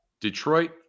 Detroit